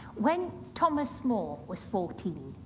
when thomas more was fourteen,